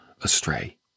astray